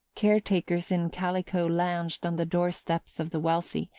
care-takers in calico lounged on the door-steps of the wealthy,